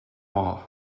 war